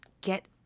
get